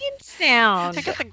sound